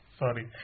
sorry।